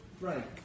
Right